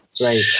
right